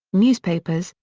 newspapers,